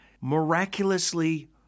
miraculously